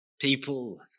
People